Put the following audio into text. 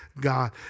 God